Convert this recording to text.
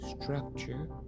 structure